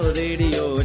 radio